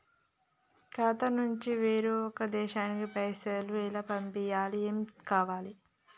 ఖాతా నుంచి వేరొక దేశానికి పైసలు ఎలా పంపియ్యాలి? ఏమేం కావాలి?